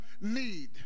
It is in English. need